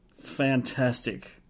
Fantastic